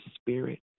spirit